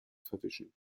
verwischen